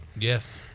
Yes